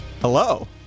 Hello